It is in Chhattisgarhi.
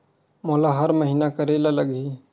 मोला हर महीना करे ल लगही?